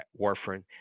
warfarin